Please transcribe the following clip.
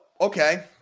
okay